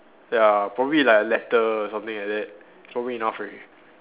ya probably like a letter or something like that for me enough already